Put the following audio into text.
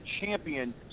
champion